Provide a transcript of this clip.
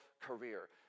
career